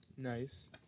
Nice